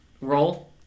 roll